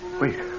Wait